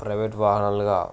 private వాహనాలుగా